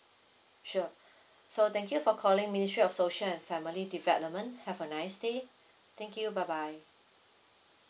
sure so thank you for calling ministry of social and family development have a nice day thank you bye bye